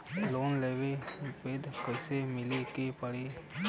Loan लेवे बदी कैसे मिले के पड़ी?